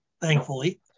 thankfully